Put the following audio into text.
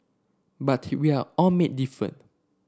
but he we are all made different